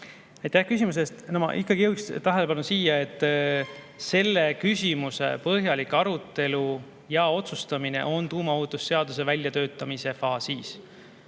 küsimuse eest! Ikkagi ma juhiks tähelepanu, et selle küsimuse põhjalik arutelu ja otsustamine on tuumaohutusseaduse väljatöötamise faasis.